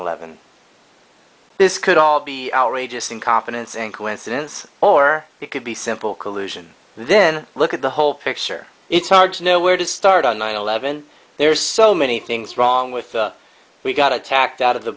eleven this could all be outrageous incompetence and coincidence or it could be simple collusion and then look at the whole picture it's hard to know where to start on nine eleven there's so many things wrong with we got attacked out of the